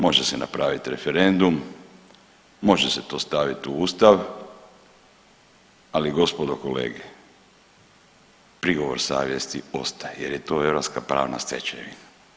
Može se napravit referendum, može to staviti u Ustav, ali gospodo kolege, prigovor savjesti ostaje jer je to europska pravna stečevina.